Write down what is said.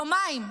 יומיים,